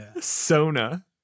Sona